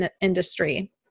industry